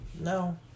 No